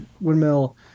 windmill